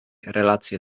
relacje